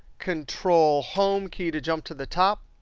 control-home key to jump to the top.